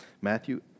Matthew